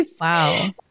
Wow